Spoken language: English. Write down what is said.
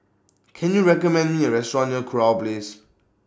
Can YOU recommend Me A Restaurant near Kurau Place